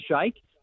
shake